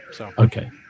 Okay